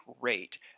rate